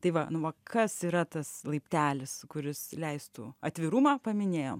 tai va nu va kas yra tas laiptelis kuris leistų atvirumą paminėjom